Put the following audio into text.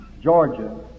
Georgia